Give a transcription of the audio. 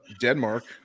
Denmark